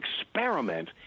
experiment